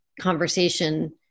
conversation